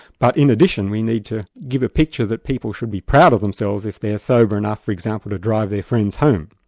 but in addition we need to give a picture that people should be proud of themselves if they're sober enough for example to drive their friends home.